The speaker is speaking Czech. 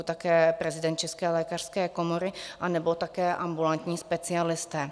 Také prezident České lékařské komory anebo také ambulantní specialisté.